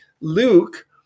Luke